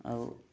ଆଉ